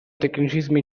tecnicismi